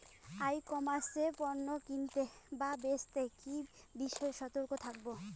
ই commerce এ পণ্য কিনতে বা বেচতে কি বিষয়ে সতর্ক থাকব?